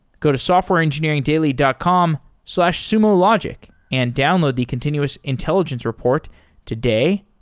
go to softwareengineeringdaily dot com slash sumologic and download the continuous intelligence report today.